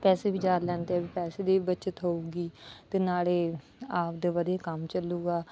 ਪੈਸੇ ਵੀ ਜ਼ਿਆਦਾ ਲੈਂਦੇ ਆ ਵੀ ਪੈਸੇ ਦੀ ਬੱਚਤ ਹੋਵੇਗੀ ਅਤੇ ਨਾਲੇ ਆਪਦੇ ਵਧੀਆ ਕੰਮ ਚੱਲੇਗਾ